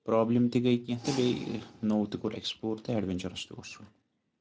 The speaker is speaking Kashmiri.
پرٛابلِم تہِ گٔے کینٛہہ تہٕ بیٚیہِ نوٚو تہِ کوٚر ایٚکٕسپٕلور تہٕ اٮ۪ڈویٚنچِرَس تہِ اوس سُہ